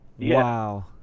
Wow